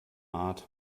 art